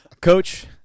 Coach